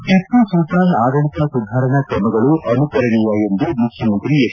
ಟಿಮ್ಪ ಸುಲ್ತಾನ್ ಆಡಳಿತಾ ಸುಧಾರಣಾ ಕ್ರಮಗಳು ಅನುಕರಣೀಯ ಎಂದು ಮುಖ್ಯಮಂತ್ರಿ ಎಚ್